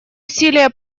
усилия